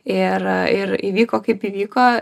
ir ir įvyko kaip įvyko